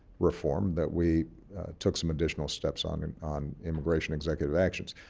reform that we took some additional steps on and on immigration executive actions.